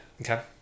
Okay